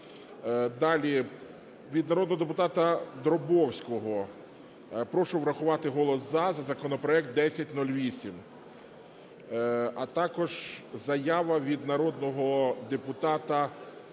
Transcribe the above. Далі. Від народного депутата Драбовського: "Прошу врахувати голос "за" за законопроект 1008". А також заява від народного депутата ………. також